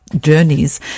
journeys